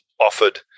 offered